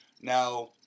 Now